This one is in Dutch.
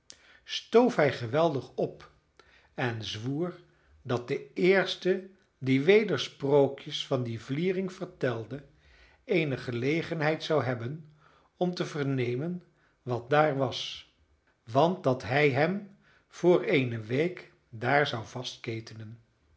hij geweldig op en zwoer dat de eerste die weder sprookjes van die vliering vertelde eene gelegenheid zou hebben om te vernemen wat daar was want dat hij hem voor eene week daar zou